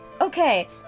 okay